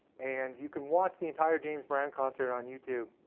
and you can watch the entire james brown concert on youtube,